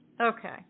Okay